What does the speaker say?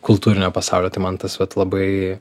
kultūrinio pasaulio tai man tas vat labai